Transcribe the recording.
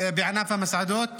בענף המסעדות,